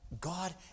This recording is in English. God